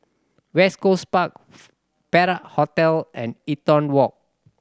West Coast Park Perak Hotel and Eaton Walk